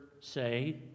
say